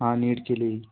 हाँ नीट के लिए ही